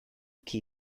key